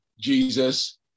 Jesus